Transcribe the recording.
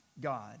God